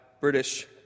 British